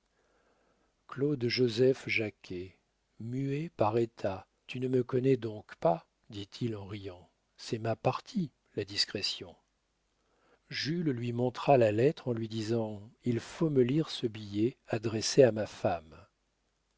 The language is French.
profond claude joseph jacquet muet par état tu ne me connais donc pas dit-il en riant c'est ma partie la discrétion jules lui montra la lettre en lui disant il faut me lire ce billet adressé à ma femme